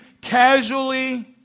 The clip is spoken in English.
casually